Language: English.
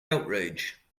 outrage